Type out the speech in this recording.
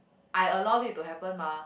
I allow it to happen mah